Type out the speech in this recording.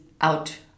out